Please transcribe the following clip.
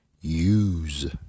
use